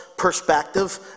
perspective